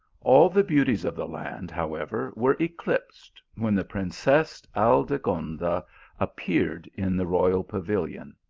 all the beauties of the land, however, were eclipsed, when the princess aldegonda appeared in the royal pavilion,